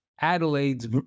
Adelaide's